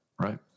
Right